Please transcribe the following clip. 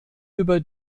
über